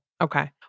Okay